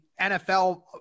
NFL